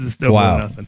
Wow